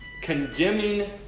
condemning